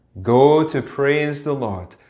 god to praise the lord.